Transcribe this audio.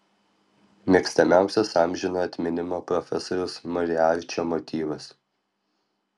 mėgstamiausias amžino atminimo profesoriaus moriarčio motyvas